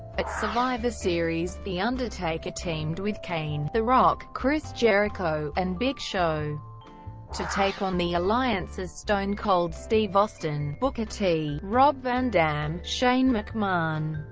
at survivor series, the undertaker teamed with kane, the rock, chris jericho, and big show to take on the alliance's alliance's stone cold steve austin, booker t, rob van dam, shane mcmahon,